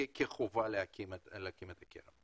כחובה להקים את הקרן.